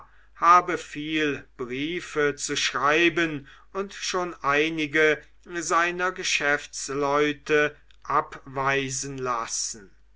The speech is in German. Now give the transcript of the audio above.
habe viel briefe zu schreiben und schon einige seiner geschäftsleute abweisen lassen